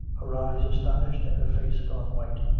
her eyes aston ished, and her face gone white.